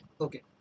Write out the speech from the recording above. okay